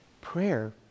Prayer